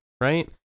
Right